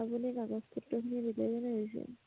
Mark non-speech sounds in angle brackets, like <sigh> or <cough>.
আপুনি কাগজ পত্ৰখিনি <unintelligible>